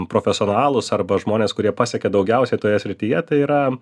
profesionalus arba žmonės kurie pasiekia daugiausiai toje srityje tai yra